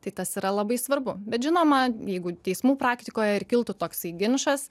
tai tas yra labai svarbu bet žinoma jeigu teismų praktikoje ir kiltų toksai ginčas